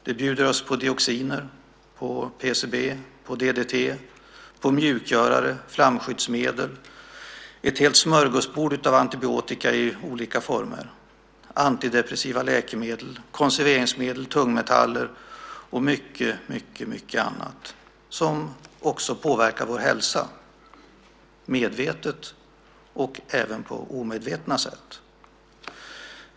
Det bjuder oss på dioxiner, PCB, DDT, mjukgörare, flamskyddsmedel, ett helt smörgåsbord av antibiotika i olika former, antidepressiva läkemedel, konserveringsmedel, tungmetaller och mycket annat som påverkar vår hälsa på medvetna och omedvetna sätt.